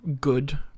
good